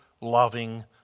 loving